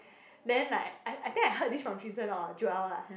then like I I think I heard this from Joel or jun sheng lah